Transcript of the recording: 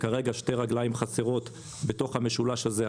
כרגע שתי רגליים חסרות בתוך המשולש הזה,